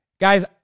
Guys